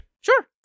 Sure